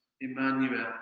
Emmanuel